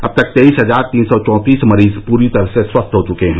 अब तक तेइस हजार तीन सौ चौंतीस मरीज पूरी तरह से स्वस्थ हो चुके हैं